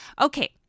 Okay